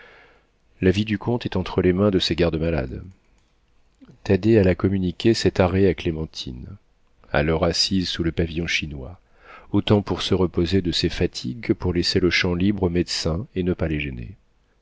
la vie du comte est entre les mains de ses garde malades thaddée alla communiquer cet arrêt à clémentine alors assise sous le pavillon chinois autant pour se reposer de ses fatigues que pour laisser le champ libre aux médecins et ne pas les gêner